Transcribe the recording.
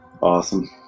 Awesome